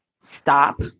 Stop